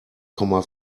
komma